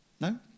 No